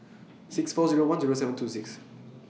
six four Zero one Zero seven two six